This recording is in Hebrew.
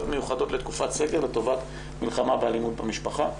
מיוחדות בתקופת סגר לטובת מלחמה באלימות במשפחה.